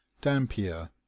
dampier